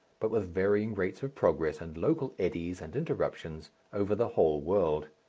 but with varying rates of progress and local eddies and interruptions over the whole world.